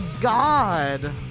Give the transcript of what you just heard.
God